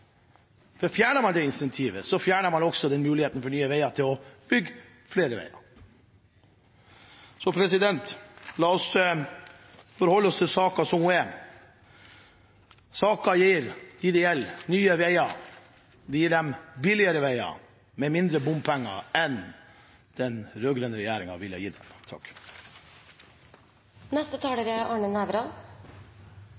Men fjerner man det incentivet, fjerner man også muligheten for Nye Veier til å bygge flere veier. La oss forholde oss til saken som den er. Saken gir dem det gjelder, nye veier og billigere veier, med mindre bompenger enn den rød-grønne regjeringen ville gitt dem.